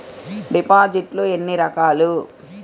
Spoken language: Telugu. డిపాజిట్లు ఎన్ని రకాలు?